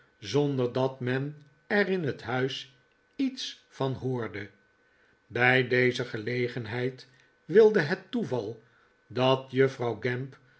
zonder dat men er in het huis iets van hoorde bij deze gelegenheid wilde het toeval dat juffrouw gamp